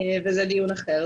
וזה דיון אחר.